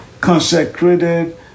consecrated